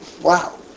wow